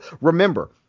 Remember